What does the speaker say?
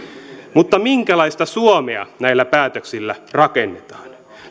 mutta minkälaista suomea näillä päätöksillä rakennetaan